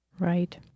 Right